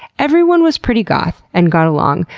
everyone was pretty goth and got along,